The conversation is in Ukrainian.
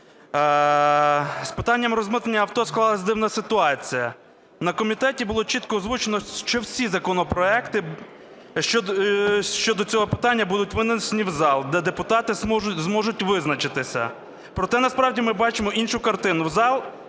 З питанням розмитнення авто склалась дивна ситуація. На комітеті було чітко озвучено, що всі законопроекти щодо цього питання будуть винесені в зал, де депутати зможуть визначитися. Проте насправді ми бачимо іншу картину: